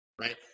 right